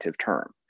term